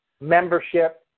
membership